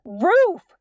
Roof